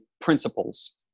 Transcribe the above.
principles